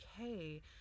okay